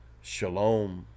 Shalom